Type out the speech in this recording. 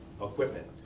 equipment